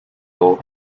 low